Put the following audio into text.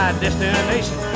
destination